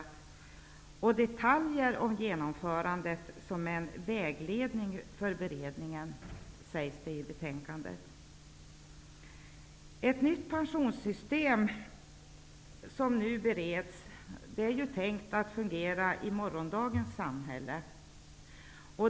Det finns också detaljer om genomförandet som en vägledning för beredningen sägs det i betänkandet. Det nya pensionssystem som nu bereds är tänkt att fungera i morgondagens samhälle.